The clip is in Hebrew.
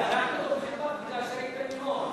על יתרת זכות),